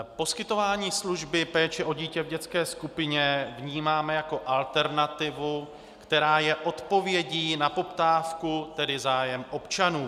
Poskytování služby péče o dítě v dětské skupině vnímáme jako alternativu, která je odpovědí na poptávku, tedy zájem občanů.